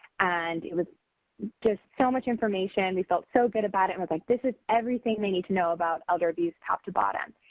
and it was just so much information. we felt so good about it and was like this is everything they need to know about elder abuse top to bottom.